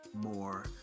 more